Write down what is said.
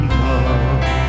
love